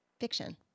fiction